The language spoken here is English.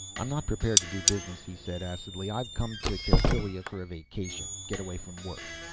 i'm not prepared to do business, he said acidly. i've come to cassylia for a vacation, get away from work.